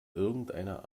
irgendeiner